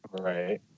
Right